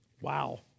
Wow